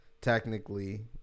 Technically